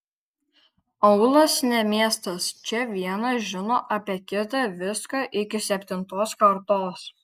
aūlas ne miestas čia vienas žino apie kitą viską iki septintos kartos